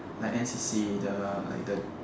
like N_C_C like the